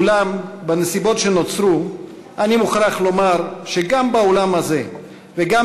אולם בנסיבות שנוצרו אני מוכרח לומר שגם באולם הזה וגם